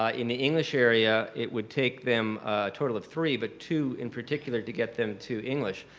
ah in the english area, it would take them a total of three but two in particular to get them to english.